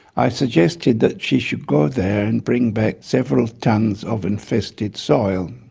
i suggested that she should go there and bring back several tons of infested soil.